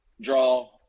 draw